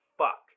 fuck